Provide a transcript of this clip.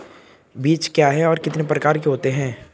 बीज क्या है और कितने प्रकार के होते हैं?